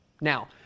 Now